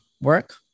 work